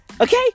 okay